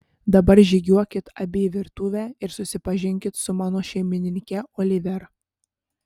dabar žygiuokit abi į virtuvę ir susipažinkit su mano šeimininke oliver